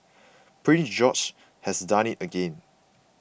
Prince George has done it again